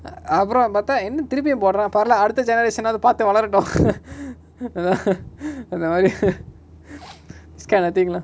ah அப்ரோ பாத்தா என்ன திருப்பியு போடுரா பரவால அடுத்த:apro paatha enna thirupiyu podura paravala adutha generation ஆவது பாத்து வளரட்டு:aavathu paathu valaratu அதா:atha அந்தமாரி:anthamari this kind of thing lah